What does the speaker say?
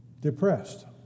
Depressed